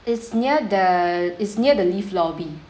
it's near the it's near the lift lobby